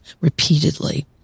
repeatedly